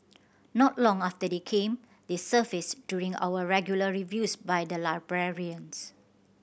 not long after they came they surfaced during our regular reviews by the librarians